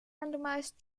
randomized